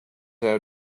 out